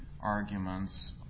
arguments